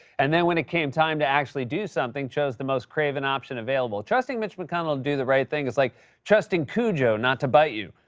and then when it came time to actually do something, chose the most craven option available. trusting mitch mcconnell to do the right thing is like trusting cujo not to bite you.